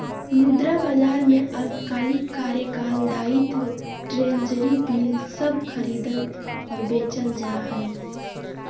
मुद्रा बाजार में अल्पकालिक कार्यकाल दायित्व ट्रेज़री बिल सब खरीदल और बेचल जा हइ